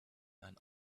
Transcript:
and